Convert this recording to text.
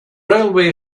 railway